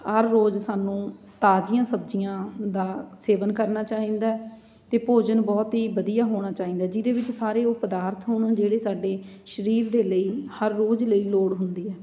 ਹਰ ਰੋਜ਼ ਸਾਨੂੰ ਤਾਜ਼ੀਆਂ ਸਬਜ਼ੀਆਂ ਦਾ ਸੇਵਨ ਕਰਨਾ ਚਾਹੀਦਾ ਅਤੇ ਭੋਜਨ ਬਹੁਤ ਹੀ ਵਧੀਆ ਹੋਣਾ ਚਾਹੀਦਾ ਜਿਹਦੇ ਵਿੱਚ ਸਾਰੇ ਉਹ ਪਦਾਰਥ ਹਨ ਜਿਹੜੇ ਸਾਡੇ ਸਰੀਰ ਦੇ ਲਈ ਹਰ ਰੋਜ਼ ਲਈ ਲੋੜ ਹੁੰਦੀ ਹੈ